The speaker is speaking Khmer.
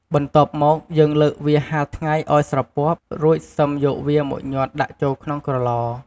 បន្ទាប់មកយេីងលើកវាហាលថ្ងៃឱ្យស្រពាប់រួចសឹមយកវាមកញាត់ដាក់ចូលក្នុងក្រឡ។